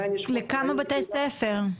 לכמה בתי ספר?